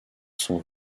sont